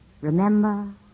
Remember